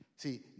See